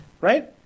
right